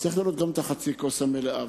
וצריך לראות גם את חצי הכוס המלאה.